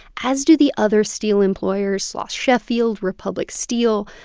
as do the other steel employers sloss-sheffield, republic steel.